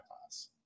class